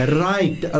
right